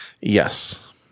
Yes